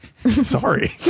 Sorry